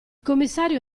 commissario